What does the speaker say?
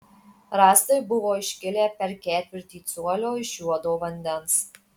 rąstai buvo iškilę per ketvirtį colio iš juodo vandens